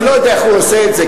אני לא יודע איך הוא עושה את זה,